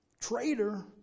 traitor